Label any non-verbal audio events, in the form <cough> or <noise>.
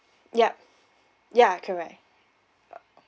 yup ya correct <noise>